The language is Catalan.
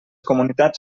comunitats